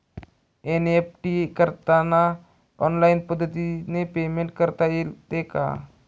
NEFT करताना online पद्धतीने payment करता येते का?